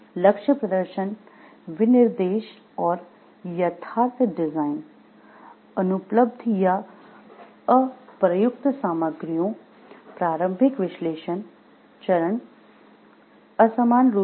लक्ष्य प्रदर्शन विनिर्देश डिज़ाइनर विशेषज्ञता के क्षेत्र पर निर्भर करती है